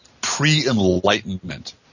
pre-enlightenment